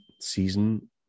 Season